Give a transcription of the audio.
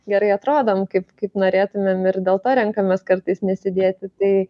gerai atrodom kaip kaip norėtumėm ir dėl to renkamės kartais nesidėti tai